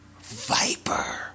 Viper